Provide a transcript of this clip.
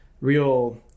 real